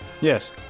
Yes